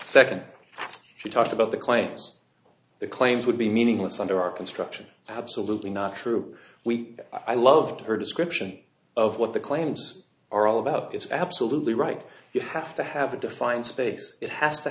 second she talked about the claims the claims would be meaningless under our construction absolutely not true we i loved her description of what the claims are all about it's absolutely right you have to have a defined space it has to